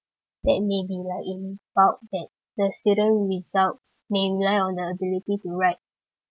that may be like in bu~ that the student results may rely on the ability to write